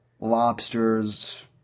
lobsters